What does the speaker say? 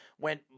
went